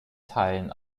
teilen